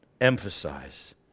emphasize